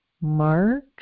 March